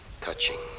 touching